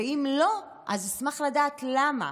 ואם לא, אז אשמח לדעת למה.